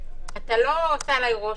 אתה לא עושה עליי רושם.